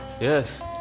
Yes